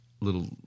little